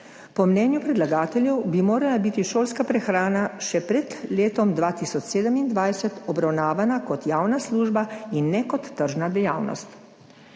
Po mnenju predlagateljev bi morala biti šolska prehrana še pred letom 2027 obravnavana kot javna služba in ne kot tržna dejavnost.